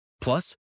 Plus